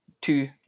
two